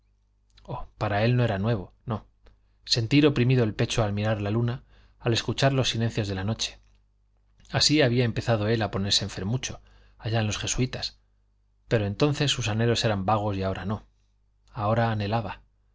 para él no era nuevo no sentir oprimido el pecho al mirar la luna al escuchar los silencios de la noche así había él empezado a ponerse enfermucho allá en los jesuitas pero entonces sus anhelos eran vagos y ahora no ahora anhelaba